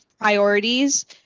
priorities